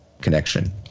connection